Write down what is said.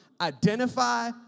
identify